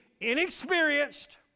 inexperienced